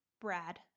Brad